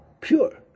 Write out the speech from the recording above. pure